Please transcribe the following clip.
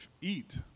eat